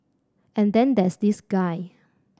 and then there's this guy